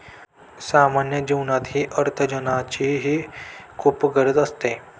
सामान्य जीवनातही अर्थार्जनाची खूप गरज असते